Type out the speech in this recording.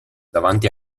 davanti